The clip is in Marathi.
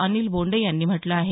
अनिल बोंडे यांनी म्हटलं आहे